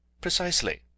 Precisely